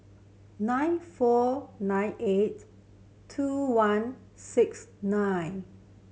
nine four nine eight two one six nine